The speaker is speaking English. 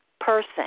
person